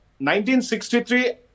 1963